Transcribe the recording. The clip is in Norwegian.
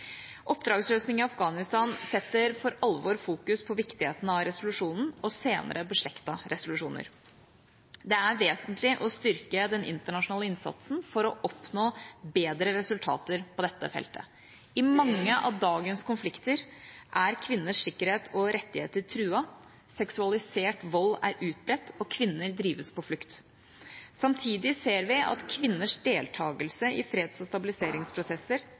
Oppdragsløsning i Afghanistan setter for alvor fokus på viktigheten av resolusjonen og senere beslektede resolusjoner. Det er vesentlig å styrke den internasjonale innsatsen for å oppnå bedre resultater på dette feltet. I mange av dagens konflikter er kvinners sikkerhet og rettigheter truet, seksualisert vold er utbredt, og kvinner drives på flukt. Samtidig ser vi at kvinners deltagelse i freds- og stabiliseringsprosesser